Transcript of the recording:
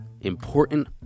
important